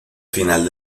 final